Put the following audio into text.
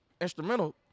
instrumental